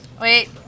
Wait